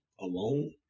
alone